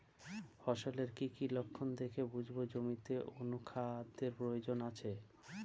ফসলের কি কি লক্ষণ দেখে বুঝব জমিতে অনুখাদ্যের প্রয়োজন আছে?